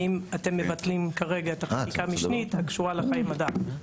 האם אתם מבטלים כרגע את החקיקה המשנית הקשורה לחיי מדף?